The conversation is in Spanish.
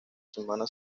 semana